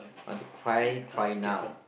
I want to find prime now